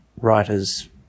writers